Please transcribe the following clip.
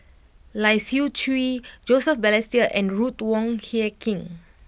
Lai Siu Chiu Joseph Balestier and Ruth Wong Hie King